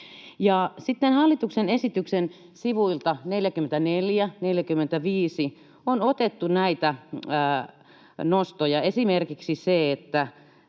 hallituksen esityksen sivuilta 44–45 on otettu näitä nostoja: esimerkiksi se, että